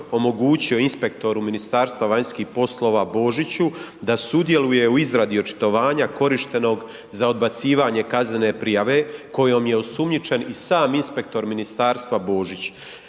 omogućio inspektoru Ministarstva vanjskih poslova Božiću da sudjeluje u izradi očitovanja korištenog za odbacivanje kaznene prijave kojom je osumnjičen i sam inspektor ministarstva Božić.